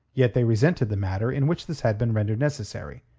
yet they resented the manner in which this had been rendered necessary,